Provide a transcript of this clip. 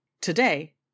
Today